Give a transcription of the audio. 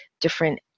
different